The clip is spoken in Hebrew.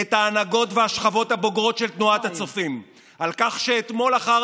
את ההנהגות והשכבות הבוגרות של תנועת הצופים על כך שאתמול אחר